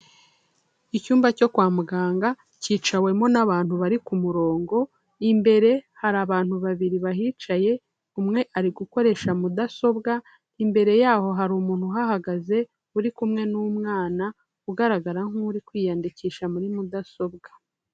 Icyumba cyo kwa muganga cyicawemo n'abantu bari ku murongo, imbere hari abantu babiri bahicaye, umwe ari gukoresha mudasobwa, imbere y'aho hari umuntu uhahagaze uri kumwe n'umwana ugaragara nk'uri kwiyandikisha muri mudasobwa.